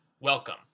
welcome